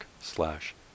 slash